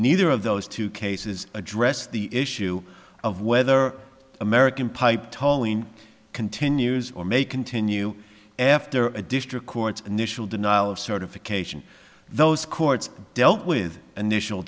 neither of those two cases addressed the issue of whether american pipe towing continues or may continue after a district court's initial denial of certification those courts dealt with initial